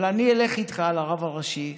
אבל אני אלך איתך לרב הראשי,